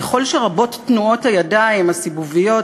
ככל שרבות תנועות הידיים הסיבוביות,